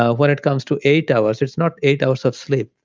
ah when it comes to eight hours, it's not eight hours of sleep.